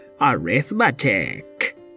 arithmetic